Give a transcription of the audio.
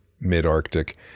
mid-Arctic